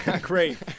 great